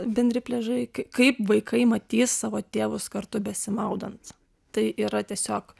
bendri pliažai kaip vaikai matys savo tėvus kartu besimaudant tai yra tiesiog